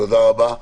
תודה רבה.